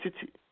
city